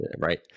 right